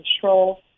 control